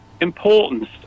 importance